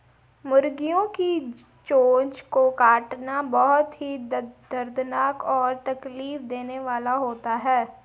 मुर्गियों की चोंच को काटना बहुत ही दर्दनाक और तकलीफ देने वाला होता है